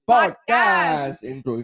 Podcast